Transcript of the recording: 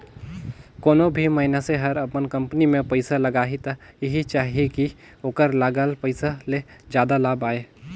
कोनों भी मइनसे हर अपन कंपनी में पइसा लगाही त एहि चाहही कि ओखर लगाल पइसा ले जादा लाभ आये